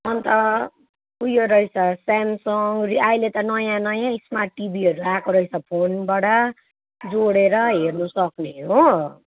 अन्त उयो रहेछ सेमसङ फेरि अहिले त नयाँ नयाँ स्मार्ट टिभीहरू आएको रहेछ फोनबाट जोडेर हेर्नुसक्ने हो